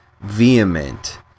vehement